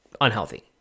unhealthy